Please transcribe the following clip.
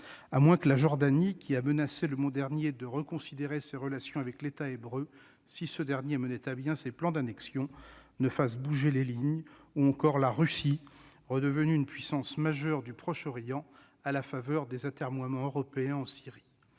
À moins que la Jordanie, qui a menacé le mois dernier de reconsidérer ses relations avec l'État hébreu si ce dernier menait à bien ses plans d'annexion, ne fasse bouger les lignes, ou la Russie, redevenue une puissance majeure du Proche-Orient à la faveur des atermoiements européens en Syrie.